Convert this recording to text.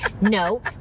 No